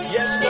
Yes